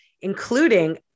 including